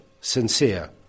sincere